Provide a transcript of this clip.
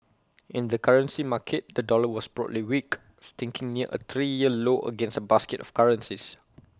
in the currency market the dollar was broadly weak sticking near A three year low against A basket of currencies